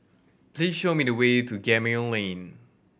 please show me the way to Gemmill Lane